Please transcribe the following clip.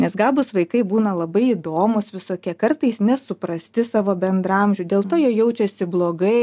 nes gabūs vaikai būna labai įdomūs visokie kartais nesuprasti savo bendraamžių dėl to jie jaučiasi blogai